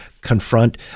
confront